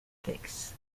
fix